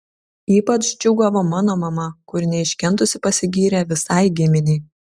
ypač džiūgavo mano mama kuri neiškentusi pasigyrė visai giminei